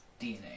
DNA